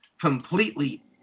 completely